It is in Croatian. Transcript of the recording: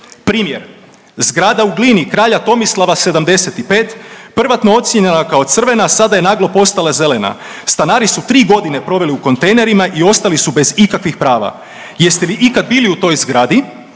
Primjer, zgrada u Glini Kralja Tomislava 75 prvotno je ocijenjena kao crvena sada je naglo postala zelena. Stanari su 3 godine proveli u kontejnerima i ostali su bez ikakvih prava. Jeste li ikad bili u toj zgradi